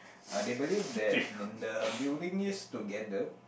uh they believe that in the building used together